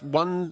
one